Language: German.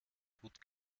gut